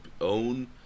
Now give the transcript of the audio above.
own